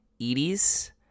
Edie's